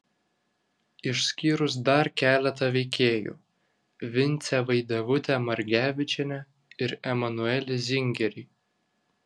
išskyrus dar keletą veikėjų vincę vaidevutę margevičienę ir emanuelį zingerį